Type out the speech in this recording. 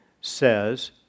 says